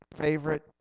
favorite